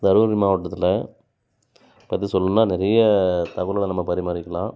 தர்மபுரி மாவட்டத்தில் பற்றி சொல்லணும்ன்னா நிறைய தகவல்களை நம்ம பரிமாறிக்கலாம்